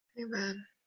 amen